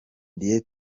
dieu